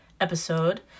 episode